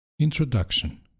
Introduction